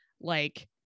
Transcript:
like-